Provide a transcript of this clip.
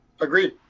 agreed